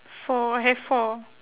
four I have four